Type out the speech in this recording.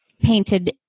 painted